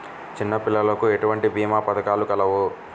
చిన్నపిల్లలకు ఎటువంటి భీమా పథకాలు కలవు?